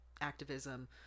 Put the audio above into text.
activism